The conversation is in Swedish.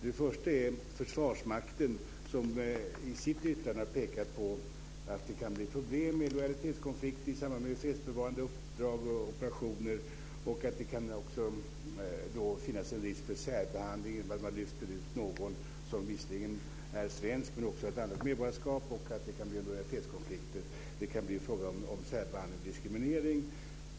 Det första är att Försvarsmakten i sitt yttrande har pekat på att det kan bli problem med lojalitetskonflikt i samband med fredsbevarande uppdrag och operationer. Det kan också finnas en risk för särbehandling i och med att man lyfter ut någon som visserligen är svensk men som också har ett annat medborgarskap. Det kan blir lojalitetskonflikter och fråga om särbehandling och diskriminering.